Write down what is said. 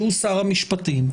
שהוא שר המשפטים,